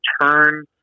turn